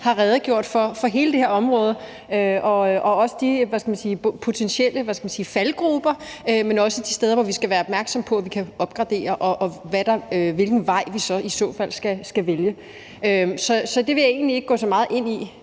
har redegjort for hele det her område og de potentielle faldgruber, men også de steder, hvor vi skal være opmærksomme på, at vi kan opgradere, og hvilken vej vi i så fald skal vælge. Så det vil jeg egentlig ikke gå så meget ind i.